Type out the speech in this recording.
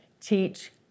teach